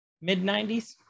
mid-90s